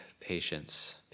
patience